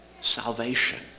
salvation